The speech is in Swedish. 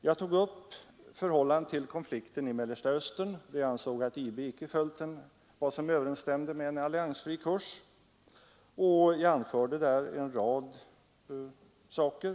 Jag tog upp förhållandet till konflikten i Mellersta Östern, då jag ansåg att IB icke följt vad som överensstämde med en alliansfri kurs, och jag anförde en rad saker.